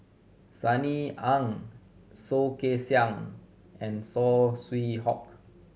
Sunny Ang Soh Kay Siang and Saw Swee Hock